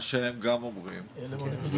ההשקעות הן אדירות ולכן השיקולים -- מה לעשות,